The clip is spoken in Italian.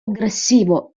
aggressivo